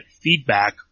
feedback